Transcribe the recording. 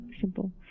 simple